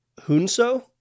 Hunso